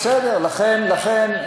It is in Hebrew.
לכן,